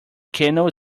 canoe